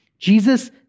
Jesus